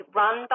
run